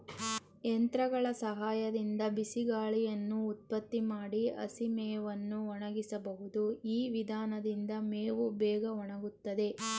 ಯಂತ್ರಗಳ ಸಹಾಯದಿಂದ ಬಿಸಿಗಾಳಿಯನ್ನು ಉತ್ಪತ್ತಿ ಮಾಡಿ ಹಸಿಮೇವನ್ನು ಒಣಗಿಸಬಹುದು ಈ ವಿಧಾನದಿಂದ ಮೇವು ಬೇಗ ಒಣಗುತ್ತದೆ